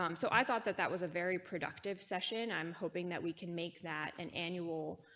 um so i thought, that that was a very productive session. i'm hoping that we can make that an annual.